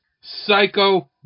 Psycho